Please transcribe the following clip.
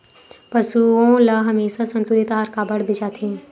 पशुओं ल हमेशा संतुलित आहार काबर दे जाथे?